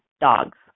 dogs